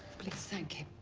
please thank him.